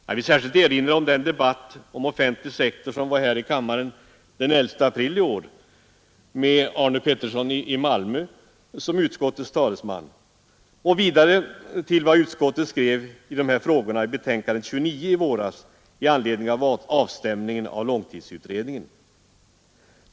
Jag vill särskilt erinra om den debatt om den offentliga sektorn som vi hade här i kammaren den 11 april i år med Arne Pettersson i Malmö som utskottets talesman och om vad utskottet skrev i de här frågorna i betänkandet 29 i våras i anledning av avstämningen av långtidsutredningen.